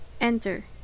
enter